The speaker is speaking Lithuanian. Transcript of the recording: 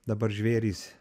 dabar žvėrys